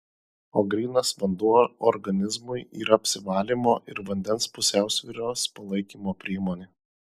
o grynas vanduo organizmui yra apsivalymo ir vandens pusiausvyros palaikymo priemonė